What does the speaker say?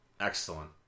Excellent